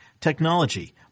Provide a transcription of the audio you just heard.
technology